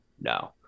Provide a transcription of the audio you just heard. No